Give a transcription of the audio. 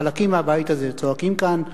חלקים מהבית הזה צועקים כאן יום-יום: